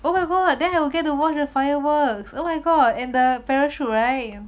oh my god then I will get to watch the fireworks oh my god and the parachute right